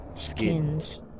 Skins